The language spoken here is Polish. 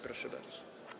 Proszę bardzo.